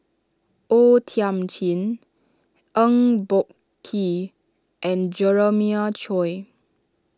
O Thiam Chin Eng Boh Kee and Jeremiah Choy